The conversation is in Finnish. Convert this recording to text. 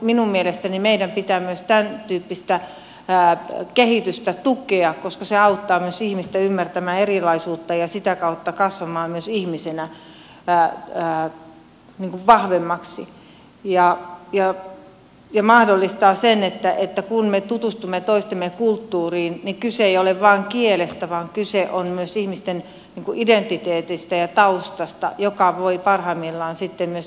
minun mielestäni meidän pitää myös tämäntyyppistä kehitystä tukea koska se auttaa myös ihmistä ymmärtämään erilaisuutta ja sitä kautta kasvamaan myös ihmisenä vahvemmaksi ja mahdollistaa sen että kun me tutustumme toistemme kulttuuriin niin kyse ei ole vain kielestä vaan kyse on myös ihmisten identiteetistä ja taustasta joka voi parhaimmillaan sitten myös rikastuttaa sitä ympäristöä